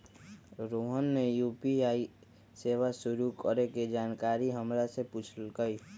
रोहन ने यू.पी.आई सेवा शुरू करे के जानकारी हमरा से पूछल कई